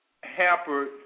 hampered